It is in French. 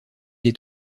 est